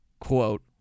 quote